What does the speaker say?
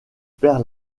père